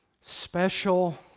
special